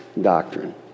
doctrine